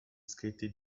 scritti